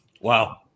Wow